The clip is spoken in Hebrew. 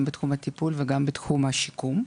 גם בתחום הטיפול וגם בתחום השיקום.